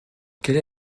quelle